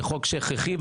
זה חוק שהוא הכרחי,